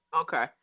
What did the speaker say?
okay